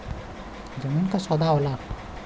जमीन क सौदा होला